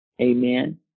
Amen